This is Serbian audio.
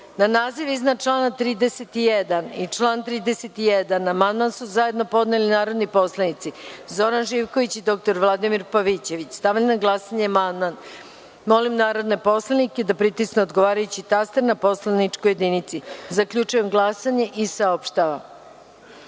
naziv iznad člana 5. i član 5. amandman su zajedno podneli narodni poslanici Zoran Živković i dr Vladimir Pavićević. Stavljam na glasanje amandman. Molim narodne poslanike da pritisnu odgovarajući taster na poslaničkoj jedinici. Zaključujem glasanje i saopštavam: